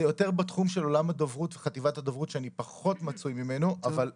זה יותר בתחום של חטיבת הדוברות שאני פחות מצויה בו.